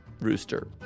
rooster